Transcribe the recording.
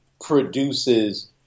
produces